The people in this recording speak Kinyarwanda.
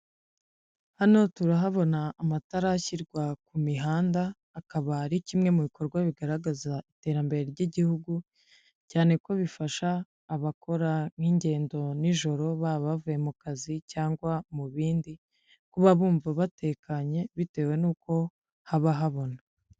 Hano turahabona amatara ashyirwa ku mihanda, akaba ari kimwe mu bikorwa bigaragaza iterambere ry'igihugu, cyane ko bifasha abakora nk'ingendo nijoro baba bavuye mu kazi cyangwa mu bindi, kuba bumva batekanye bitewe n'uko haba habona.